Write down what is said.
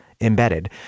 embedded